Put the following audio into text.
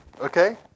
okay